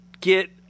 get